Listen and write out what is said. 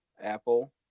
Apple